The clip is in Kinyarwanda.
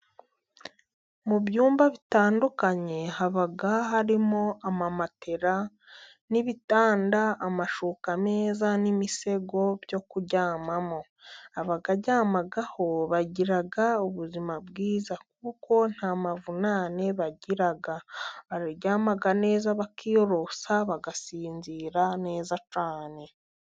Mu byumba bitandukanye haba harimo amamatera ,ibitanda ,amashuka meza n'imisego byo kuryamamo. Abaryamaho bagiraga ubuzima bwiza kuko nta mavunane bagira baryama neza bakiyorosa bagasinzira neza cyane.